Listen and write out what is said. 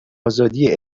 ازادی